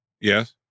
Yes